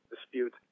dispute